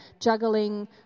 juggling